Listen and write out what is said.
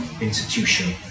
institution